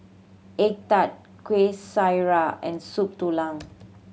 egg tart Kuih Syara and Soup Tulang